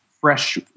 fresh